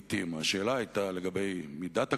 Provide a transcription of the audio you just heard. השאלה היתה על מידת הכוח,